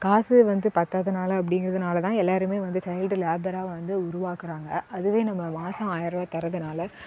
காசு வந்து பற்றாதனால அப்டிங்கிறதுனால் தான் எல்லாரும் வந்து சைல்டு லேபராக வந்து உருவாக்கிறாங்க அதுவே நம்ம மாதம் ஆயர் ரூபா தர்றதுனால்